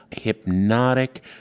hypnotic